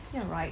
you're right